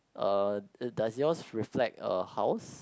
uh does yours reflect a house